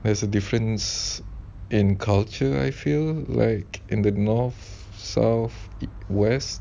there's a difference in culture I feel like in the north south east west